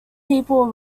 people